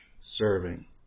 serving